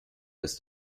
ist